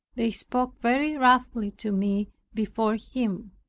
they spoke very roughly to me before him.